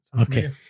Okay